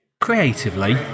creatively